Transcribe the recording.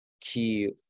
key